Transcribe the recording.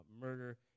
murder